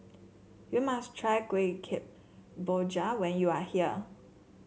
you must try Kueh Kemboja when you are here